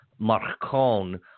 Marcon